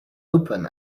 open